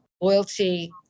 Loyalty